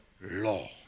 law